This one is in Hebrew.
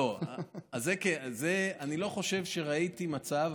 אני לא חושב שראיתי מצב,